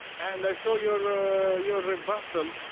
and i saw your ah your rebuttal,